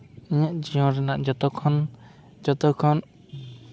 ᱤᱧᱟᱹᱜ ᱡᱤᱭᱚᱱ ᱨᱮᱱᱟᱜ ᱡᱚᱛᱚᱠᱷᱚᱱ ᱡᱚᱛᱚᱠᱷᱚᱱ